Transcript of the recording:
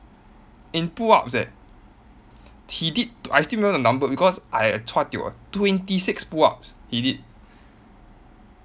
in pull-ups eh he did I still remember the number because I chua tio twenty six pull-ups he did